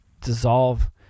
dissolve